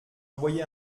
envoyé